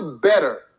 better